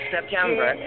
September